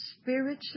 spiritually